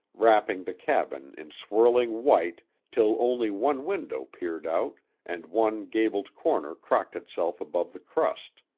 wrapping the cabin in swirling white till only one window peered out and one gabled corner cocked itself above the crust.